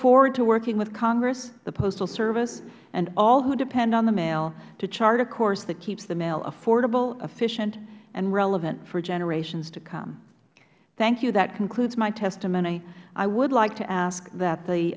forward to working with congress the postal service and all who depend on the mail to chart a course that keeps the mail affordable efficient and relevant for generations to come thank you that concludes my testimony i would like to ask that the